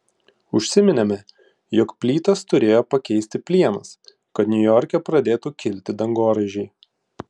užsiminėme jog plytas turėjo pakeisti plienas kad niujorke pradėtų kilti dangoraižiai